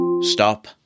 stop